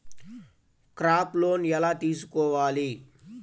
Crop loan ఎలా తీసుకోవాలి?